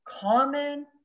comments